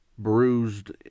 bruised